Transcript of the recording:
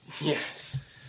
Yes